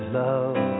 love